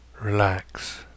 relax